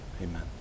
amen